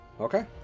Okay